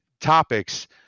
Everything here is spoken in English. topics